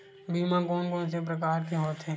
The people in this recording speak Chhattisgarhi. बीमा कोन कोन से प्रकार के होथे?